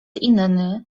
inny